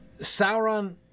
Sauron